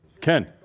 Ken